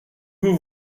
veux